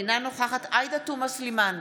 אינה נוכחת עאידה תומא סלימאן,